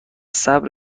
صبر